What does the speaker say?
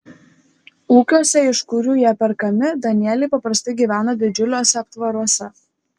ūkiuose iš kurių jie perkami danieliai paprastai gyvena didžiuliuose aptvaruose